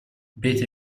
btw